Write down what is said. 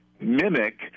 mimic